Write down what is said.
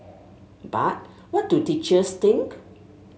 but what do teachers think